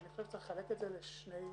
אז אני חושב שצריך לחלק את זה לשני דברים.